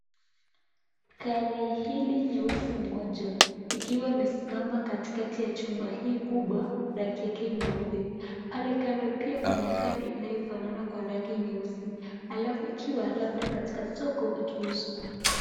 Gari hili nyeusi moja, ikiwa imesimama katikati ya jumba hii kubwa, rangi yake nyeupe, pale kando pia kuna gari inayofanana kwa rangi nyeusi, alafu pia ikiwa labda katika soko ikiuzwa.